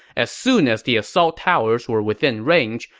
as soon as the assault towers were within range,